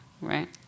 right